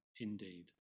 indeed